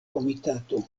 komitato